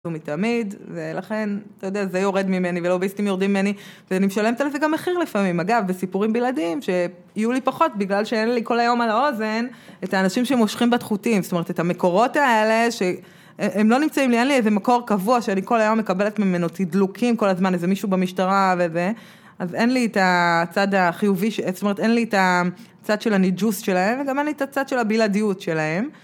הוא מתעמיד, ולכן, אתה יודע, זה יורד ממני ולאוביסטים יורדים ממני, ואני משלמת על זה גם מחיר לפעמים. אגב, בסיפורים בלעדים, שיהיו לי פחות, בגלל שאין לי כל היום על האוזן את האנשים שמושכים בחוטים, זאת אומרת, את המקורות האלה, שהם לא נמצאים לי, אין לי איזה מקור קבוע, שאני כל היום מקבלת ממנו תדלוקים כל הזמן, איזה מישהו במשטרה וזה, אז אין לי את הצד החיובי, זאת אומרת, אין לי את הצד של הניד'וס שלהם, אין לי גם אין לי את הצד של הבלעדיות שלהם.